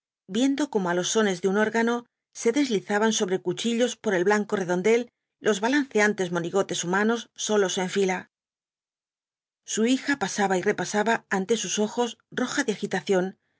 viendo como á los sones de un órgano se deslizaban sobre cuchillos por el blanco redondel los balanceantes monigotes humanos solos ó en filal su hija pasaba y repasaba ante sus ojos roja de agitación